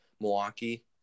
Milwaukee